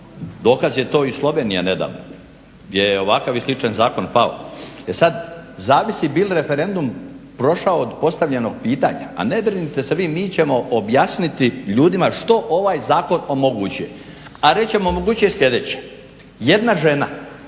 dokaz je to i Slovenija nedavno gdje je ovakav i sličan zakon pao. E sad, zavisi bi li referendum prošao od postavljenog pitanja, a ne brinite se vi mi ćemo objasniti ljudima što ovaj zakon omogućuje, a reći ćemo omogućuje sljedeće. Jedna žena